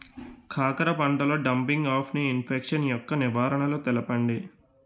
కాకర పంటలో డంపింగ్ఆఫ్ని ఇన్ఫెక్షన్ యెక్క నివారణలు తెలపండి?